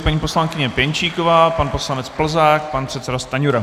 Paní poslankyně Pěnčíková, pan poslanec Plzák, pan předseda Stanjura.